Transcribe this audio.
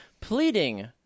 pleading